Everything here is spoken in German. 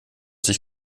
sich